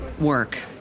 work